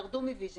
ירדו מ- .Vision